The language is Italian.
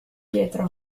pietro